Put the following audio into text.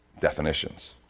definitions